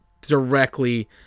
directly